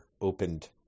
opened